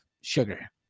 Sugar